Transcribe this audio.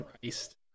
Christ